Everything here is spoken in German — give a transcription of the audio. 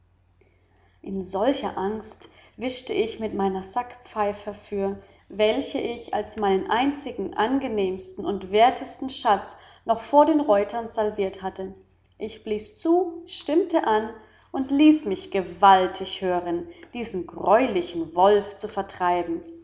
in solcher angst wischte ich mit meiner sackpfeife herfür welche ich als meinen einzigen angenehmsten und wertesten schatz noch vor den reutern salviert hatte ich blies zu stimmte an und ließ mich gewaltig hören diesen greulichen wolf zu vertreiben